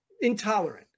intolerant